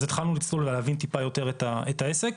אז התחלנו לצלול ולהבין טיפה יותר את העסק.